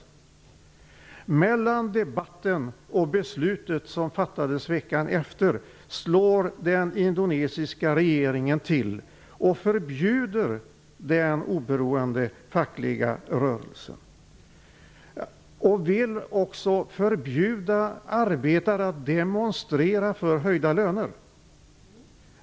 Vid tiden mellan debatten och beslutet som fattades veckan efter slog den indonesiska regeringen till och förbjöd den oberoende fackliga rörelsen. De vill också förbjuda arbetare att demonstrera för höjda löner.